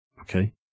Okay